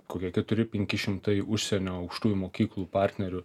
kokie keturi penki šimtai užsienio aukštųjų mokyklų partnerių